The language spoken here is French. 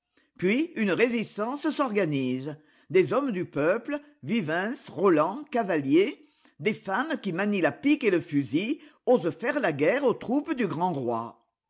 puis une résistance s'organise des hommes du peuple vivens roland cavalier des femmes qui manient la pique et le fusil osent faire la guerre aux troupes du grand roi